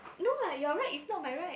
no [what] your right is not my right